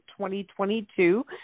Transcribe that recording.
2022